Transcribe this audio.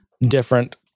different